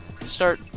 start